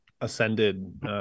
ascended